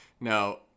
No